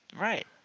Right